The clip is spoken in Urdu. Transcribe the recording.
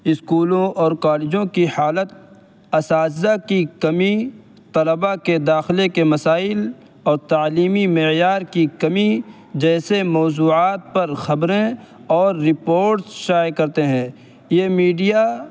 اسکولوں اور کالجوں کی حالت اساتذہ کی کمی طلبہ کے داخلے کے مسائل اور تعلیمی معیار کی کمی جیسے موضوعات پر خبریں اور رپوٹس شائع کرتے ہیں یہ میڈیا